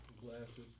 Glasses